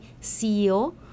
CEO